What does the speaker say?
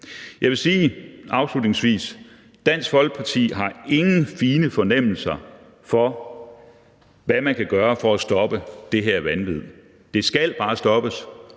Jeg vil sige afslutningsvis, at Dansk Folkeparti ikke har nogen fine fornemmelser, med hensyn til hvad man kan gøre for at stoppe det her vanvid. Det skal bare stoppes,